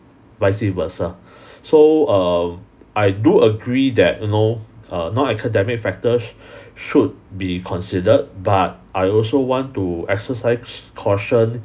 vice versa so err I do agree that you know err non-academic factors should be considered but I also want to exercise caution